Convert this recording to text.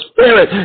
Spirit